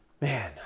man